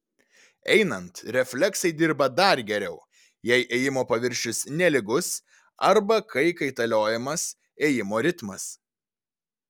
einant refleksai dirba dar geriau jei ėjimo paviršius nelygus arba kai kaitaliojamas ėjimo ritmas